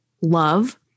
love